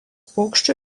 paukščių